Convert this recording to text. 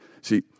see